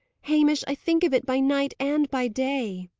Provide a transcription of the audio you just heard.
hamish, i think of it by night and by day.